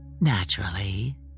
Naturally